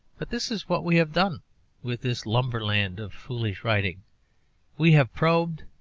but this is what we have done with this lumberland of foolish writing we have probed,